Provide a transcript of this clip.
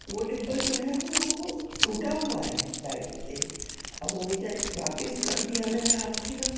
وہ ڈبہ جو ہے وہ ٹوٹا ہوا ہے ایک سائڈ سے اب وہ مجھے واپس کر دیا میں نے آپ کی